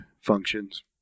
functions